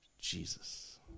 Jesus